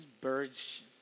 birds